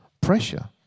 pressure